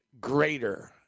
greater